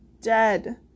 dead